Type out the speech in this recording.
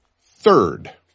Third